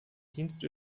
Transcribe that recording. dienst